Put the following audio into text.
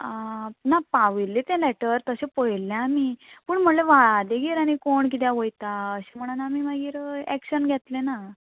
आं ना पावयल्ले तें लेटर तशें पळयल्ले आमी पूण म्हळ्ळें व्हाळा देगेर आनी कोण किद्याक वयता अशें म्हणोन आमी मागीर एक्शन घेतलें ना